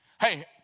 Hey